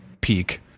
peak